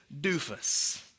doofus